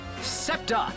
scepter